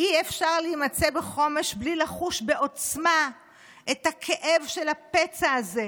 אי-אפשר להימצא בחומש בלי לחוש בעוצמה את הכאב של הפצע הזה,